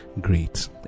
great